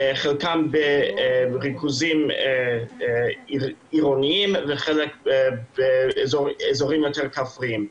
שחלקם בריכוזים עירוניים וחלק באזורים יותר כפריים.